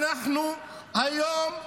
היום,